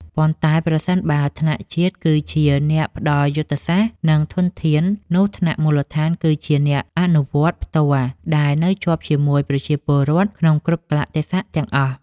ប៉ុន្តែប្រសិនបើថ្នាក់ជាតិគឺជា អ្នកផ្ដល់យុទ្ធសាស្ត្រ និងធនធាន នោះថ្នាក់មូលដ្ឋានគឺជា អ្នកអនុវត្តផ្ទាល់ ដែលនៅជាប់ជាមួយប្រជាពលរដ្ឋក្នុងគ្រប់កាលៈទេសៈទាំងអស់។